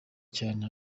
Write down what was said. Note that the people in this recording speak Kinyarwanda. cyane